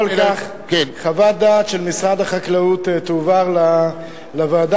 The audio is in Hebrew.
חוות דעת של משרד המשפטים תועבר לוועדה,